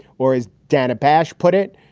or as dana bash put it,